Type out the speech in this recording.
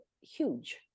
huge